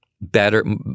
better